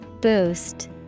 Boost